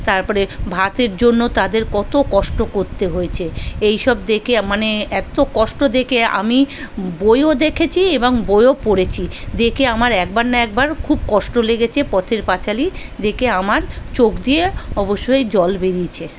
তারপরে ভাতের জন্য তাদের কতো কষ্ট করতে হয়েছে এইসব দেখে মানে এতো কষ্ট দেখে আমি বইও দেখেছি এবং বইয়েও পড়েছি দেখে আমার একবার না একবার খুব কষ্ট লেগেছে পথের পাঁচালী দেখে আমার চোখ দিয়ে অবশ্যই জল বেরিয়েছে